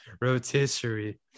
rotisserie